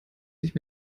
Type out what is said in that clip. sich